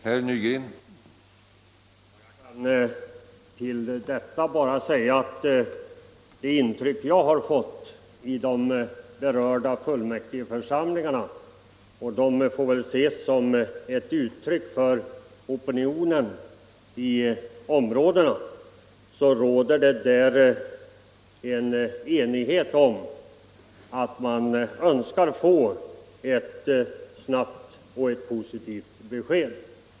Herr talman! Jag vill till detta bara säga att det intryck jag fått av diskussionerna i de berörda fullmäktigeförsamlingarna — och dessa kan väl sägas uttrycka opinionen i områdena — är att det råder enighet om att man vill ha ett snabbt och positivt besked.